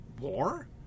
War